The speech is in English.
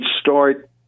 start